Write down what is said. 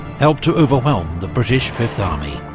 help to overwhelm the british fifth army,